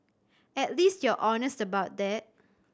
at least you're honest about that